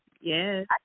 Yes